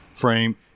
frame